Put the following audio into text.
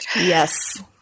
Yes